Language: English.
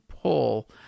pull